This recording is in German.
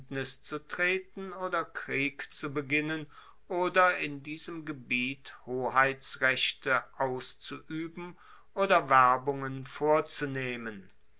zu treten oder krieg zu beginnen oder in diesem gebiet hoheitsrechte auszuueben oder werbungen vorzunehmen